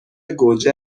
گوجه